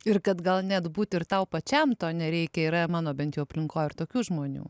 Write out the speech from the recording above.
ir kad gal net būt ir tau pačiam to nereikia yra mano bent jo aplinkoj ir tokių žmonių